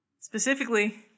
Specifically